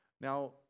Now